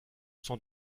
sans